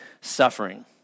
suffering